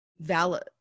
valid